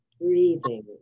breathing